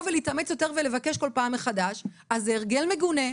ולהתאמץ יותר ולבקש כל פעם מחדש להאריך - זה הרגל מגונה.